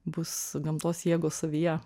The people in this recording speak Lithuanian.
bus gamtos jėgos savyje